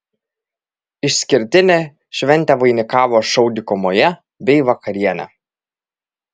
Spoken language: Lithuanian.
išskirtinę šventę vainikavo šou dykumoje bei vakarienė